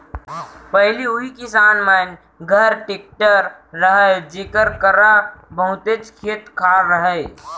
पहिली उही किसान मन घर टेक्टर रहय जेकर करा बहुतेच खेत खार रहय